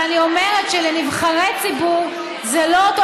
אבל אני אומרת שנבחרי ציבור זה לא אותו